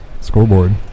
Scoreboard